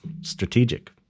strategic